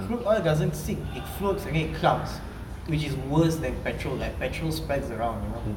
crude oil doesn't sink it floats and then it clumps which is worse than petrol like petrol spreads around like you know